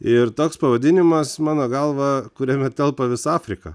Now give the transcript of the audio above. ir toks pavadinimas mano galva kuriame telpa visa afrika